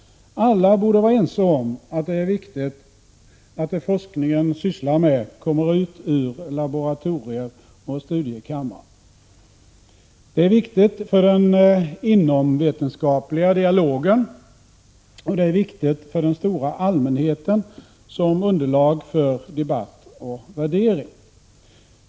Alla borde vara ense om att det är viktigt att det som forskare sysslar med kommer ut ur laboratorier och studiekammare. Det är viktigt för den inomvetenskapliga dialogen och för den stora allmänheten som underlag för debatt och värdering.